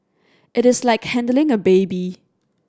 it is like handling a baby